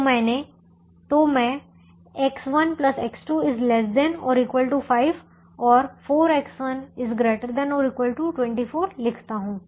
तो मैं X1 X2 ≤ 5 और 4X1 ≥ 24 लिखता हूं